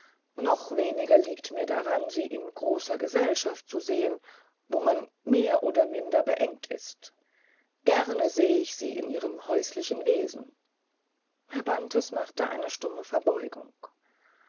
noch weniger liegt mir daran sie in großer gesellschaft zu sehen wo man mehr oder minder beengt ist gern sähe ich sie in ihrem häuslichen wesen herr bantes machte eine stumme verbeugung